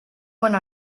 one